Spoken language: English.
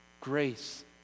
grace